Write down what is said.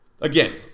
Again